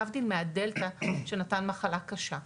להבדיל מהדלתא שנתן מחלה קשה,